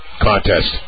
contest